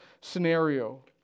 scenario